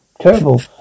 terrible